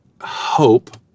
hope